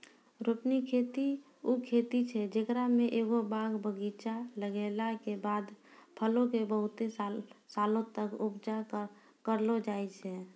रोपनी खेती उ खेती छै जेकरा मे एगो बाग बगीचा लगैला के बाद फलो के बहुते सालो तक उपजा करलो जाय छै